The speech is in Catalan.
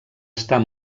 estar